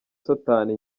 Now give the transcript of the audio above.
satani